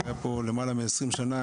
שהיה פה למעלה מ-20 שנה.